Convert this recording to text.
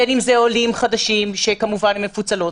בין אם זה עולים חדשים שמהמשפחות מפוצלות,